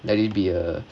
let it be a